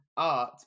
art